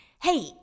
hey